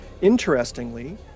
Interestingly